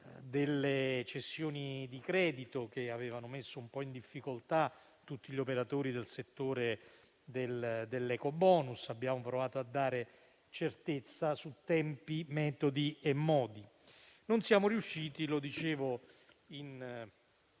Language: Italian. delle cessioni di credito che avevano messo un po' in difficoltà tutti gli operatori del settore dell'ecobonus. Abbiamo provato a dare certezza su tempi, metodi e modi. Non siamo riusciti invece, come dicevo in